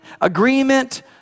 agreement